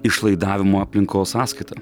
išlaidavimo aplinkos sąskaita